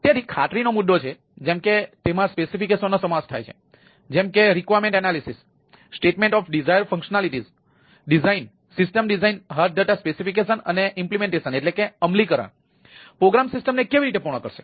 તેથી ખાતરીનો મુદ્દો છે જેમ કે તેમાં સ્પેસિફિકેશન પ્રોગ્રામ સિસ્ટમ્સને કેવી રીતે પૂર્ણ કરશે